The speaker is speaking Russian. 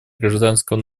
гражданского